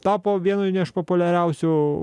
tapo vienu neišpopuliariausių